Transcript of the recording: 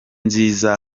nziza